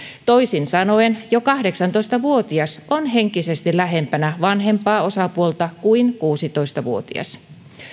toisin sanoen jo kahdeksantoista vuotias on henkisesti lähempänä vanhempaa osapuolta kuin kuusitoista vuotias